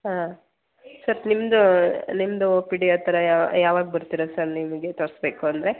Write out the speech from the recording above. ಹಾಂ ಸರ್ ನಿಮ್ಮದು ನಿಮ್ಮದು ಒ ಪಿ ಡಿ ಆ ಥರ ಯಾವ ಯಾವಾಗ ಬರ್ತೀರ ಸರ್ ನಿಮಗೆ ತೋರಿಸ್ಬೇಕು ಅಂದರೆ